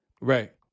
Right